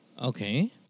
Okay